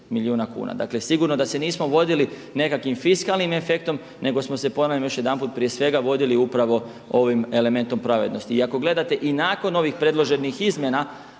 Dakle sigurno da se nismo vodili nekakvim fiskalnim efektom nego smo se ponavljam još jedanput prije svega vodili upravo ovim elementom pravednosti. I ako gledate i nakon ovih predloženih izmjena